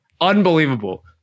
Unbelievable